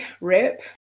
Rip